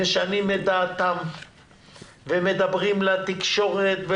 משנים את דעתם ומדברים לתקשורת,